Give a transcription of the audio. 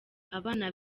abana